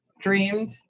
dreamed